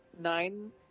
nine